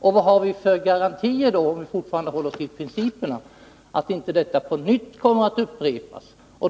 Vad har vi då för garantier — om vi fortfarande håller oss till principerna — för att detta inte kommer att upprepas på nytt?